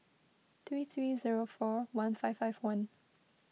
three three zero four one five five one